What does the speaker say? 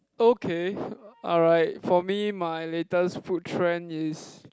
okay alright for me my latest food trend is